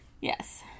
Yes